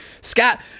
Scott